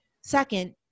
Second